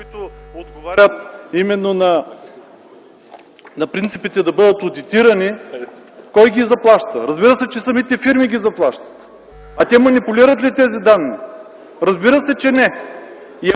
които отговарят именно на принципите да бъдат одитирани, кой ги заплаща? Разбира се, че ги заплащат самите фирми. А те манипулират ли тези данни? Разбира се, че не.